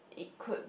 it could